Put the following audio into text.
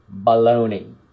Baloney